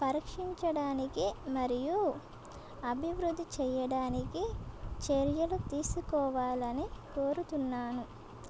పరీక్షించడానికి మరియు అభివృద్ధి చెయ్యడానికి చర్యలు తీసుకోవాలని కోరుతున్నాను